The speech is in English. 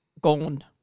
Gone